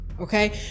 Okay